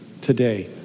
today